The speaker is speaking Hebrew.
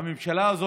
מה הקשר?